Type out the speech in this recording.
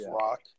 rock